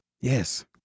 Yes